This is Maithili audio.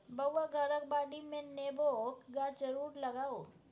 बौआ घरक बाडीमे नेबोक गाछ जरुर लगाउ